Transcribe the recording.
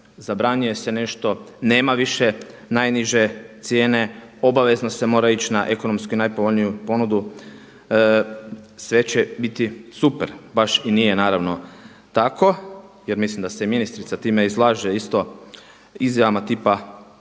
zabranjuje se nešto, nema više najniže cijene, obavezno se mora ići na ekonomski najpovoljniju ponudu, sve će biti super. Baš i nije naravno tako jer mislim da se i ministrica time izlaže isto izjavama tipa